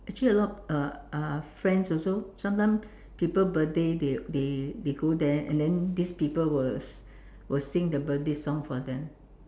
actually a lot of uh uh friends also sometimes people birthday they they they go there and then these people will will sing the birthday song for them